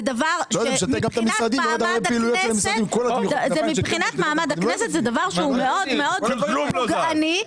מבחינת מעמד הכנסת זה דבר מאוד מאוד פוגעני,